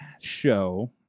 show